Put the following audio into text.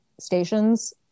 stations